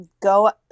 go